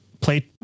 play